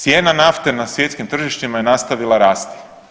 Cijena naftne na svjetskim tržištima je nastavila rasti.